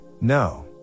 no